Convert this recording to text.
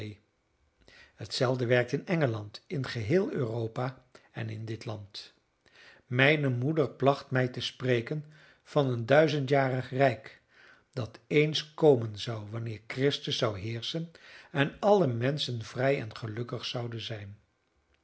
hetzelfde werkt in engeland in geheel europa en in dit land mijne moeder placht mij te spreken van een duizendjarig rijk dat eens komen zou wanneer christus zou heerschen en alle menschen vrij en gelukkig zouden zijn